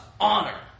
honor